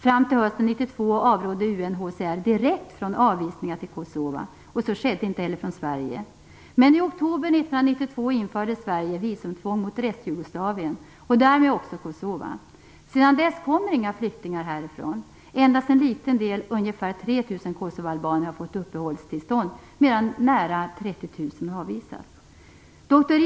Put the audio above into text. Fram till hösten 1992 avrådde UNHCR direkt från avvisningar till Kosova, och några sådana skedde inte heller från Sverige. Men i oktober 1992 införde Sverige visumtvång gentemot Restjugoslavien och därmed också Kosova. Sedan dess kommer inga flyktingar därifrån. Endast en liten del, ungefär 3 000 kosovoalbaner, har fått uppehållstillstånd, medan nära 30 000 har avvisats. Dr.